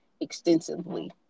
extensively